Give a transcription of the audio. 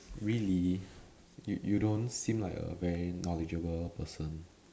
really you you don't seem like a very knowledgeable person